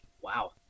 Wow